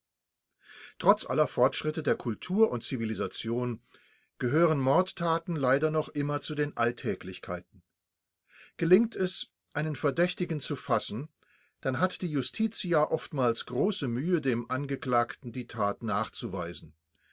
trotz aller fortschritte der kultur und zivilisation gehören mordtaten leider noch immer zu den alltäglichkeiten gelingt es einen verdächtigen zu fassen dann hat die justitia oftmals große mühe dem angeklagten die tat nachzuweisen